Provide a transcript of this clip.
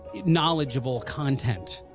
knowledgeable content.